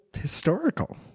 historical